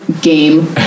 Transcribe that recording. game